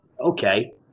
okay